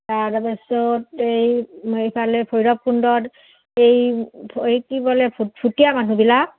তাৰপিছত এই এইফালে ভৈৰৱ কুণ্ডত এই এই কি ব'লে ভুটীয়া মানুহবিলাক